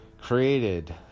created